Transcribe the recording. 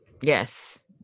yes